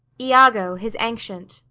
iago, his ancient.